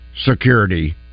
Security